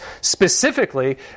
specifically